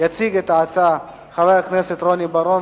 יציג את ההצעה חבר הכנסת רוני בר-און,